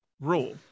Rule